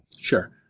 sure